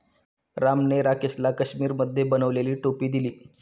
रामने राकेशला काश्मिरीमध्ये बनवलेली टोपी दिली